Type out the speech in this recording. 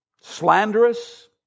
slanderous